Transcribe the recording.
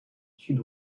sud